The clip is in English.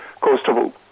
coastal